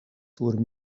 sur